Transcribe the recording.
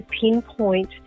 pinpoint